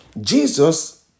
Jesus